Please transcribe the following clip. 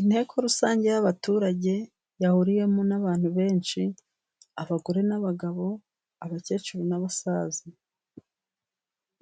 Inteko rusange y'abaturage yahuriyemo n'abantu benshi: abagore n'abagabo ,abakecuru n'abasaza.